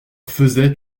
faisaient